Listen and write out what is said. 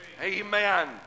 Amen